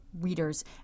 readers